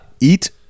Eat